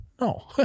no